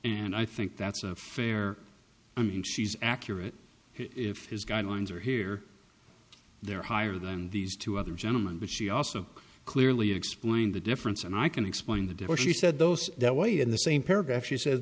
and i think that's fair and she's accurate if his guidelines are here they're higher than these two other gentlemen but she also clearly explaining the difference and i can explain the divorce she said those that were in the same paragraph she says